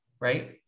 Right